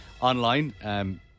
online